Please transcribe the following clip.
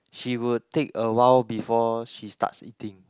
she would take a while before she starts eating